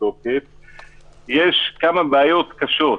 יש משהו שהוא קצת